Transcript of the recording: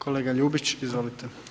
Kolega Ljubić, izvolite.